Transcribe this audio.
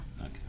Okay